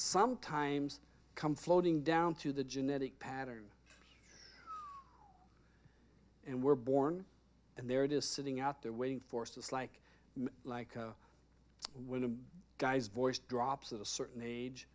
sometimes come floating down to the genetic pattern and we're born and there it is sitting out there waiting forces like like when a guy's voice drops at a certain age